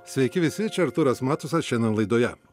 sveiki visi čia artūras matusas šiandien laidoje